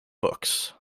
books